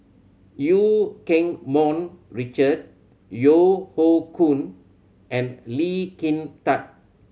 Eu Keng Mun Richard Yeo Hoe Koon and Lee Kin Tat